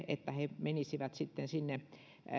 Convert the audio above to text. että he menisivät sinne